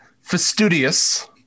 fastidious